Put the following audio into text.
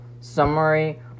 summary